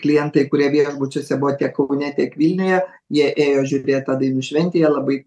klientai kurie viešbučiuose buvo tiek kaune tiek vilniuje jie ėjo žiūrėt tą dainų šventę jie labai